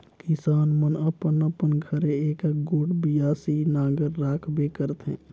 किसान मन अपन अपन घरे एकक गोट बियासी नांगर राखबे करथे